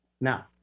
Now